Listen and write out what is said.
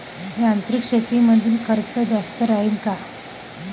यांत्रिक शेतीमंदील खर्च जास्त राहीन का?